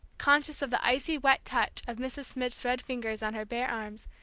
conscious of the icy, wet touch of mrs. schmidt's red fingers on her bare arms,